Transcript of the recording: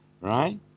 right